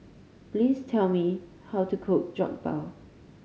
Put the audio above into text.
please tell me how to cook Jokbal